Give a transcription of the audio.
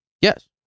Yes